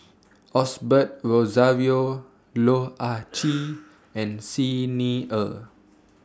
Osbert Rozario Loh Ah Chee and Xi Ni Er